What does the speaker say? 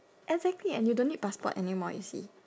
exactly and you don't need passport anymore you see